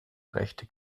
rechte